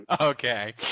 Okay